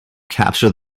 capture